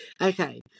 okay